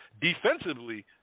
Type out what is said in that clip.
defensively